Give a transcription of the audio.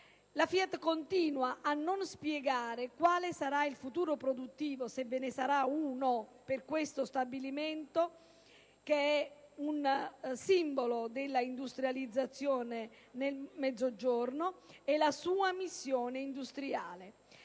La FIAT continua a non spiegare quale sarà il futuro produttivo - se ve ne sarà uno - per questo stabilimento, che è un simbolo della industrializzazione nel Mezzogiorno, e quale la sua missione industriale.